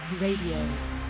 Radio